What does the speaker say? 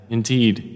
Indeed